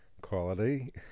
quality